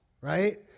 right